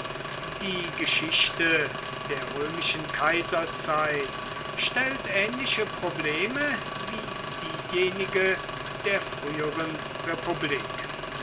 die geschichte der römischen kaiserzeit stellt ähnliche probleme wie diejenige der früheren republik